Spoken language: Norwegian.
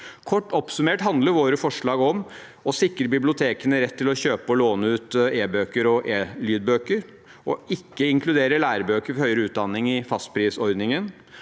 Kort oppsummert handler våre forslag om å sikre bibliotekene rett til å kjøpe og låne ut e-bøker og e-lydbøker, ikke å inkludere lærebøker for høyere utdanning i fastprisordningen,